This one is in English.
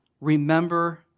remember